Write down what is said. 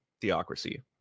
Theocracy